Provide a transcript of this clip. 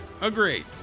Agreed